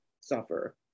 suffer